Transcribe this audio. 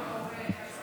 ועדות